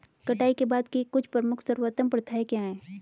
कटाई के बाद की कुछ प्रमुख सर्वोत्तम प्रथाएं क्या हैं?